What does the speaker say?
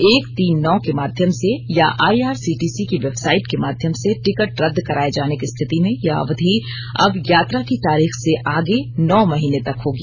एक तीन नौ के माध्यम से या आईआरसीटीसी की वेबसाइट के माध्यम से टिकट रद्द कराये जाने की स्थिति में यह अवधि अब यात्रा की तारीख से आगे नौ महीने तक होगी